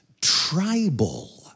tribal